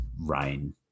rain